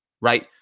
Right